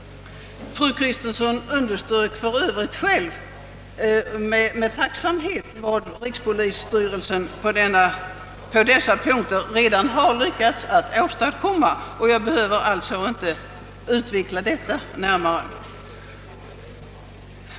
Fru Kristensson underströk för övrigt själv med tacksamhet, vad rikspolisstyrelsen på dessa punkter redan har lyckats åstadkomma, och jag behöver alltså inte utveckla detta närmare.